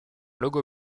logo